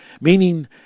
meaning